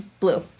blue